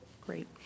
Great